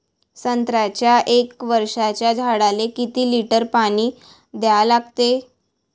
संत्र्याच्या एक वर्षाच्या झाडाले किती लिटर पाणी द्या लागते?